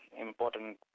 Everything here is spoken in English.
important